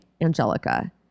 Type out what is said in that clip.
Angelica